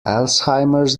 alzheimer’s